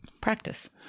Practice